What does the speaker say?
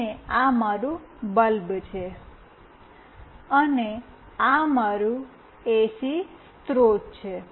અને આ મારું બલ્બ છે અને આ મારું એસી સ્રોત છે